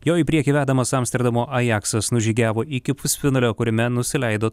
jo į priekį vedamas amsterdamo ajaksas nužygiavo iki pusfinalio kuriame nusileido